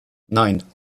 nine